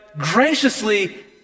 graciously